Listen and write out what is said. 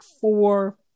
four